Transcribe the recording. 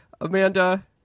Amanda